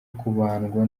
kubandwa